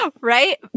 right